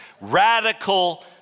Radical